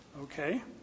Okay